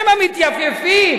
הם המתייפייפים,